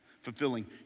fulfilling